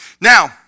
Now